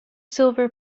silver